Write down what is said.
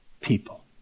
people